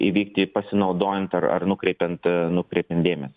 įvykti pasinaudojant ar ar nukreipiant nukreipiant dėmesį